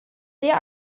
sehr